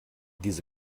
diese